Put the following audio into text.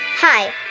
Hi